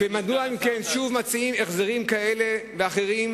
מדוע הם שוב מציעים החזרים כאלה ואחרים